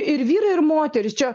ir vyrai ir moterys čia